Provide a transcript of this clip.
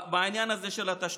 בעניין הזה של התשתיות.